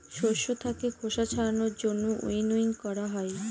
শস্য থাকে খোসা ছাড়ানোর জন্য উইনউইং করা হয়